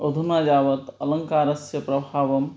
अधुना यावत् अलङ्कारस्य प्रभावम्